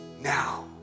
Now